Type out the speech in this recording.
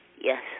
Yes